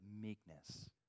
meekness